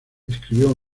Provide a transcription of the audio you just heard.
escribió